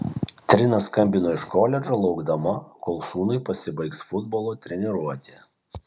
trina skambino iš koledžo laukdama kol sūnui pasibaigs futbolo treniruotė